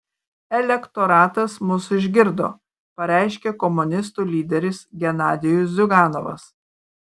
elektoratas mus išgirdo pareiškė komunistų lyderis genadijus ziuganovas